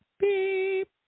beep